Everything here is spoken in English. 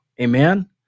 Amen